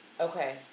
okay